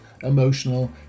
emotional